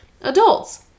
adults